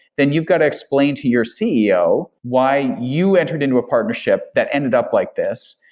then you've got to explain to your ceo why you entered into a partnership that ended up like this,